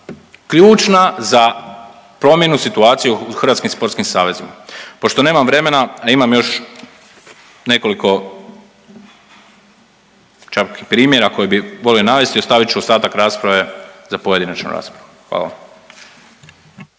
ključna za promjenu situacije u hrvatskim sportskim savezima. Pošto nemam vremena, a imam još nekoliko čak i primjera koje bi volio navesti ostavit ću ostatak rasprave za pojedinačnu raspravu. Hvala.